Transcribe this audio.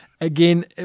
again